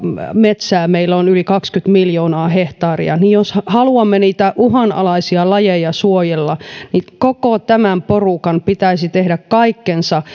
metsää meillä on yli kaksikymmentä miljoonaa hehtaaria niin jos haluamme niitä uhanalaisia lajeja suojella niin koko tämän porukan pitäisi tehdä kaikkensa